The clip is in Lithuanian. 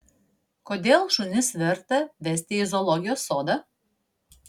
kodėl šunis verta vesti į zoologijos sodą